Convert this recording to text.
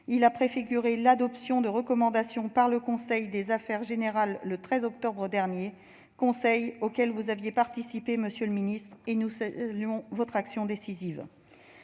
qui a préfiguré l'adoption de recommandations par le Conseil des affaires générales du 13 octobre dernier, auquel vous avez participé, monsieur le secrétaire d'État. Nous saluons votre action décisive.